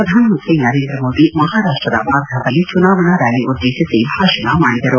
ಪ್ರಧಾನಮಂತ್ರಿ ನರೇಂದ್ರ ಮೋದಿ ಮಹಾರಾಪ್ಲದ ವಾರ್ಧಾದಲ್ಲಿ ಚುನಾವಣಾ ರ್ನಾಲಿ ಉದ್ದೇಶಿಸಿ ಭಾಷಣ ಮಾಡಿದರು